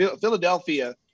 Philadelphia